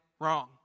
wrong